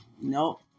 Nope